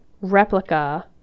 replica